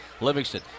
Livingston